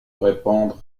répondre